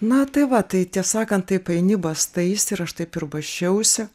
na tai va tai tiesą sakant tai paini bastaisi ir aš taip ir basčiausi